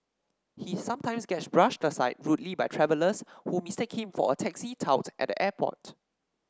he sometimes gets brushed aside rudely by travellers who mistake him for a taxi tout at the airport